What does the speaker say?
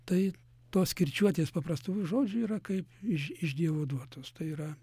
tai tos kirčiuotės paprastųjų žodžių yra kaip iš iš dievo duotos tai yra